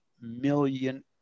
million